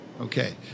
Okay